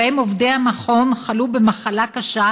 בוודאי גם מזכירת הכנסת זוכרת,